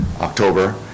October